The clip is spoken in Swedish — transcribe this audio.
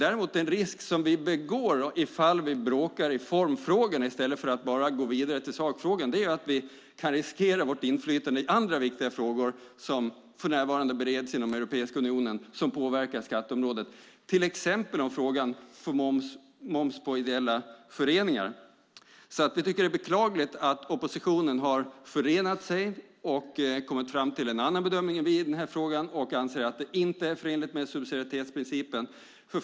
Däremot kan vi ifall vi bråkar i formfrågan i stället för att bara gå vidare till sakfrågan riskera vårt inflytande i andra viktiga frågor som för närvarande bereds inom Europeiska unionen och som påverkar skatteområdet, till exempel frågan för moms på ideella föreningar. Vi tycker att det är beklagligt att oppositionen har förenat sig och kommit fram till en annan bedömning än vi i den här frågan: att detta inte är förenligt med subsidiaritetsprincipen.